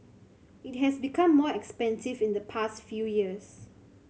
it has become more expensive in the past few years